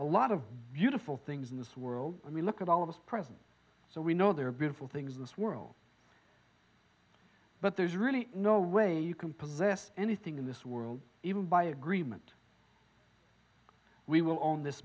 a lot of beautiful things in this world i mean look at all of us present so we know there are beautiful things in this world but there's really no way you can possess anything in this world even by agreement we will own this